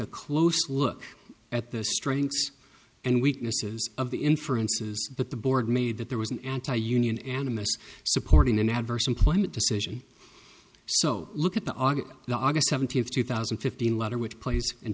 a close look at the strengths and weaknesses of the inferences but the board made that there was an anti union animists supporting an adverse employment decision so look at the august august seventeenth two thousand and fifteen letter which plays and